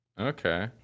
Okay